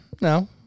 no